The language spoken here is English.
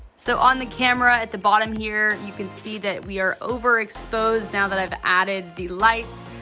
so on the camera at the bottom here you can see that we are overexposed now that i've added the lights,